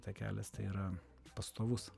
takelis tai yra pastovus